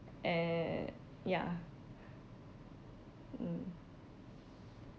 uh ya mm